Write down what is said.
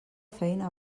feina